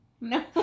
No